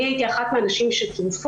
אני הייתי אחת מהנשים שצורפו.